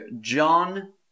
John